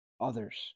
others